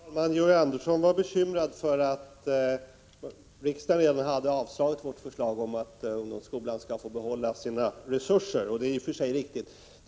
Herr talman! Georg Andersson var bekymrad för att riksdagen redan har avslagit vårt förslag om att ungdomsskolan skall få behålla sina resurser. Det är i och för sig riktigt att så har skett.